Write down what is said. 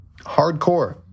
hardcore